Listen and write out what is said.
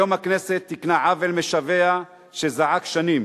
היום הכנסת תיקנה עוול משווע שזעק שנים.